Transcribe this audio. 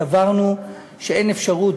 סברנו שאין אפשרות,